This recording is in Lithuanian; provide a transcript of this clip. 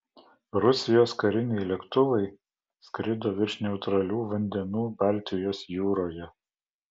rusijos kariniai lėktuvai skrido virš neutralių vandenų baltijos jūroje